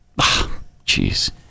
Jeez